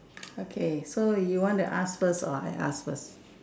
okay so you want to ask first or I ask first